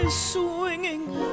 Swinging